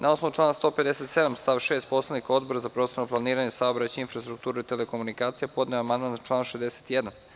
Na osnovu člana 157. stav 6. Poslovnika, Odbor za prostorno planiranje, saobraćaj, infrastrukturu i telekomunikacije podneo je amandman na član 61.